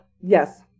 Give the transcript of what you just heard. Yes